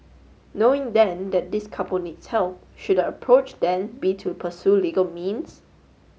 knowing then that this couple needs help should the approach then be to pursue legal means